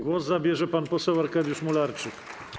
Głos zabierze pan poseł Arkadiusz Mularczyk.